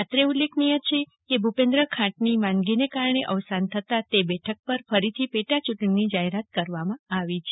અત્રે ઉલ્લેખનીય છે કે ભુ પેન્દ્ર ખાંટનું માંદગીને કારણે અવસાન થતાં તે બેઠક પર ફરીથી પેટાયું ટણીની જાહેરાત કરવામાં આવી છે